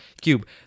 cube